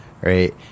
Right